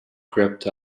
crept